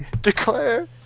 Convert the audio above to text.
declare